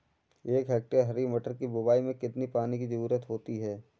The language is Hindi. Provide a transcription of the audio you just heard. एक हेक्टेयर हरी मटर की बुवाई में कितनी पानी की ज़रुरत होती है?